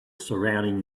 surrounding